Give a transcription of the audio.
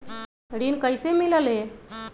ऋण कईसे मिलल ले?